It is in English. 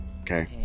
Okay